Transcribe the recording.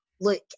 look